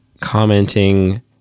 commenting